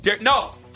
No